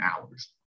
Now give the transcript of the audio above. hours